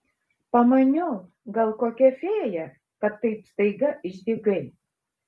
pamaniau gal kokia fėja kad taip staiga išdygai